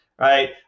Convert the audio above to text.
Right